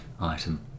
item